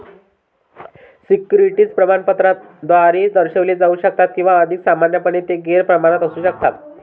securities प्रमाणपत्राद्वारे दर्शविले जाऊ शकतात किंवा अधिक सामान्यपणे, ते गैर प्रमाणपत्र असू शकतात